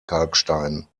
kalkstein